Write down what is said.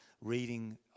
reading